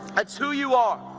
that's who you are,